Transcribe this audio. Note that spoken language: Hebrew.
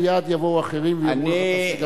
מייד יבואו אחרים ויאמרו לך: תעשה גם לנו.